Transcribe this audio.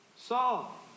Saul